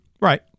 Right